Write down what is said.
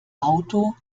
auto